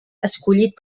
escollit